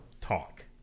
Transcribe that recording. talk